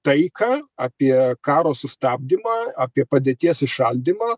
taiką apie karo sustabdymą apie padėties įšaldymą